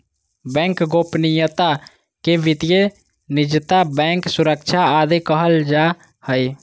bank गोपनीयता के वित्तीय निजता, बैंक सुरक्षा आदि कहल जा हइ